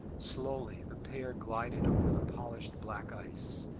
slowly the pair glided over the polished black ice,